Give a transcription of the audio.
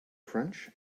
crunch